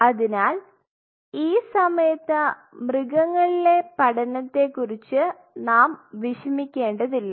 അതിനാൽ ഈ സമയത്ത് മൃഗങ്ങളിലെ പഠനങ്ങളെക്കുറിച്ച് നാം വിഷമിക്കേണ്ടതില്ല